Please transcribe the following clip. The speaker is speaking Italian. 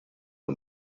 una